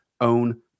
own